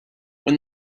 when